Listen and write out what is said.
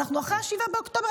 אנחנו אחרי 7 באוקטובר,